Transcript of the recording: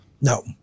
No